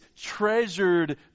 treasured